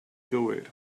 gywir